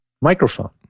microphone